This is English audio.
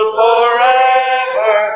forever